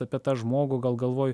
apie tą žmogų gal galvoju